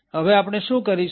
હવે આપણે શું કરીશું